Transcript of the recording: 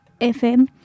FM